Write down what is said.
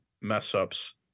mess-ups